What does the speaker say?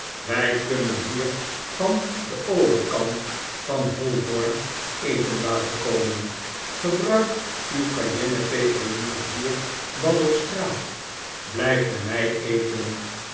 wy kunnen hier van den overkant van holborn eten laten komen gebruik uw cayenne peper liever hier dan op straat blyf by my eten